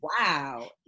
Wow